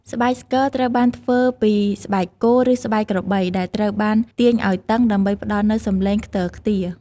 ស្បែកស្គរត្រូវបានធ្វើពីស្បែកគោ ឬស្បែកក្របី ដែលត្រូវបានទាញឱ្យតឹងដើម្បីផ្តល់នូវសំឡេងខ្ទរខ្ទារ។